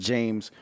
James